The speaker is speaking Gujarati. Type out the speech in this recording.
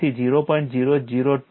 તેથી 0